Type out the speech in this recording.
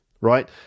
right